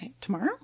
Tomorrow